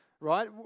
Right